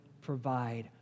provide